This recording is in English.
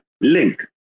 link